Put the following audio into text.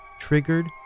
triggered